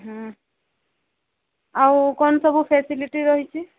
ଆଉ କ'ଣ ସବୁ ଫାସିଲିଟି ରହିଛି